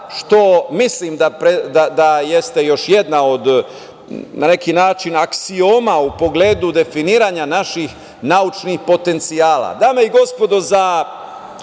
što mislim da jeste još jedna od, na neki način, aksioma u pogledu definiranja naših naučnih potencijala. Dame i gospodo, za